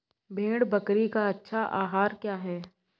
भेड़ बकरी का अच्छा आहार क्या है?